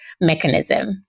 mechanism